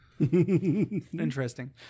Interesting